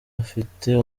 afite